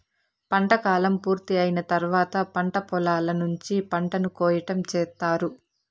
పంట కాలం పూర్తి అయిన తర్వాత పంట పొలాల నుంచి పంటను కోయటం చేత్తారు